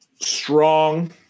Strong